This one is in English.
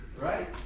Right